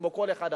כמו כל אחד אחר,